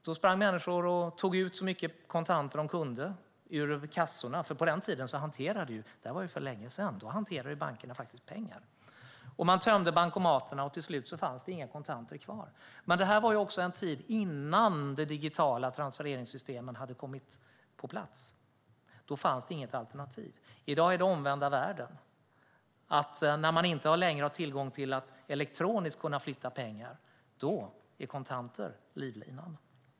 Då sprang människor och tog ut så mycket kontanter de kunde i kassorna, för på den tiden - det här var ju för länge sedan - hanterade bankerna faktiskt pengar. Man tömde bankomaterna, och till slut fanns det inga kontanter kvar. Men det här var också en tid innan de digitala transfereringssystemen hade kommit på plats. Då fanns det inget alternativ. I dag är det omvända världen: När man inte längre har tillgång till att elektroniskt flytta pengar är kontanter livlinan.